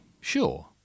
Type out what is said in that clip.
sure